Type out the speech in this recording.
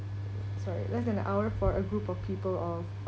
sorry less than an hour for a group of people of